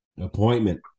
Appointment